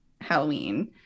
Halloween